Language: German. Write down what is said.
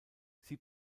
sie